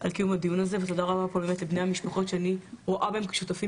על קיום הדיון הזה ותודה רבה באמת לבני המשפחות שאני רואה בהם כשותפים